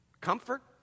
Comfort